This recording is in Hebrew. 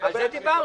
על זה דיברנו.